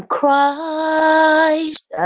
Christ